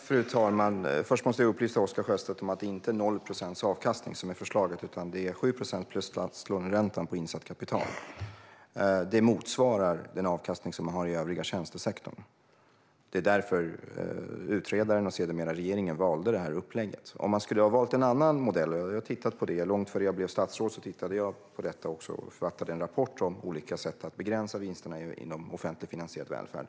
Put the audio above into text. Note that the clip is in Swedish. Fru talman! Först måste jag upplysa Oscar Sjöstedt om att förslaget inte är 0 procent i avkastning, utan det är 7 procent plus statslåneräntan på insatt kapital. Det motsvarar den avkastning man har i övriga tjänstesektorn. Det är därför utredaren och sedermera regeringen har valt det här upplägget. Långt innan jag blev statsråd tittade jag på detta och författade en rapport om olika sätt att begränsa vinsterna inom offentligt finansierad välfärd.